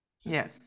Yes